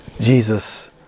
Jesus